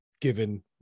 given